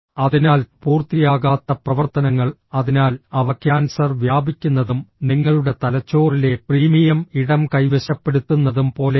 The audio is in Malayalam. അതിനാൽ പൂർത്തിയാകാത്ത പ്രവർത്തനങ്ങൾ അതിനാൽ അവ ക്യാൻസർ വ്യാപിക്കുന്നതും നിങ്ങളുടെ തലച്ചോറിലെ പ്രീമിയം ഇടം കൈവശപ്പെടുത്തുന്നതും പോലെയാണ്